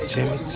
Jimmy